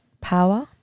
power